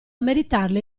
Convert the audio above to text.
meritarle